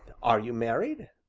are you married?